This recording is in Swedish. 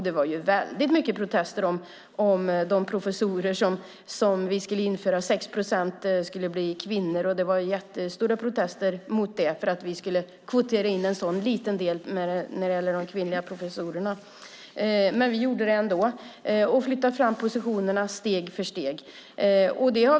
Det var väldigt mycket protester när vi ville införa att 6 procent av professorerna skulle vara kvinnor. Det var jättestora protester mot att vi skulle kvotera in en så liten del när det gällde de kvinnliga professorerna. Vi gjorde det ändå, och vi flyttade fram positionerna steg för steg.